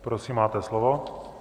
Prosím, máte slovo.